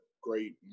great